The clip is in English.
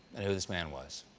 and who this man was.